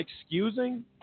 excusing